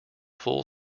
full